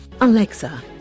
Alexa